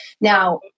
Now